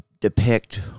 depict